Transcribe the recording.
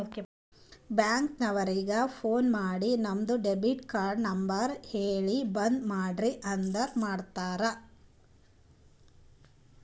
bank ನವರಿಗ phone ಮಾಡಿ ನಿಮ್ದು ಡೆಬಿಟ್ ಕಾರ್ಡ್ ನಂಬರ್ ಹೇಳಿ ಬಂದ್ ಮಾಡ್ರಿ ಅಂದುರ್ ಮಾಡ್ತಾರ